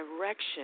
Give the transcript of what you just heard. direction